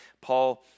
Paul